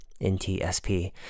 NTSP